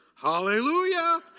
Hallelujah